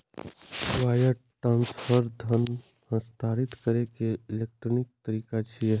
wire transfer धन हस्तांतरित करै के इलेक्ट्रॉनिक तरीका छियै